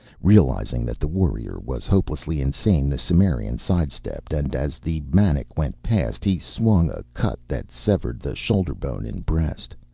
realizing that the warrior was hopelessly insane, the cimmerian side-stepped, and as the maniac went past, he swung a cut that severed the shoulder-bone and breast,